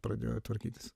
pradėjo tvarkytis